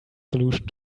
solution